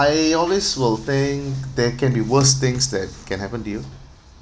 I always will think there can be worst things that can happen to you